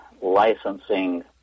licensing